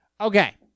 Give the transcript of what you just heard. Okay